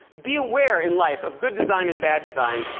be aware in life of good design and bad design.